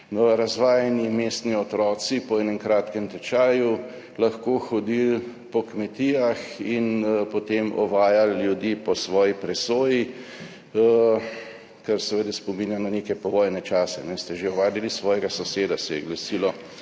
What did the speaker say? razvajeni mestni otroci po enem kratkem tečaju lahko hodili po kmetijah in potem ovajali ljudi po svoji presoji, kar seveda spominja na neke povojne čase. Ste že ovadili svojega soseda? - se je glasilo